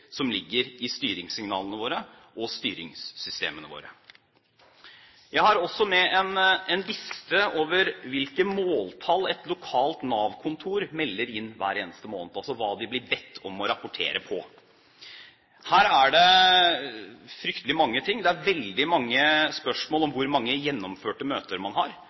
som ligger i styringssignalene våre og i styringssystemene våre. Jeg har også med en liste over hvilke måltall et lokalt Nav-kontor melder inn hver eneste måned – altså hva de blir bedt om å rapportere på. Her er det fryktelig mange ting. Det er veldig mange spørsmål om hvor mange gjennomførte møter man har,